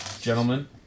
gentlemen